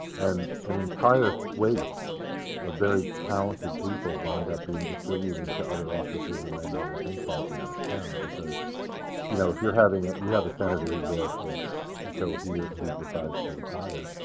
and an entire swathe of very talented people wound up being distributed to other offices and then other think tanks in this town, because you know if you're having you have a senator who's there for until he or she decides to retire,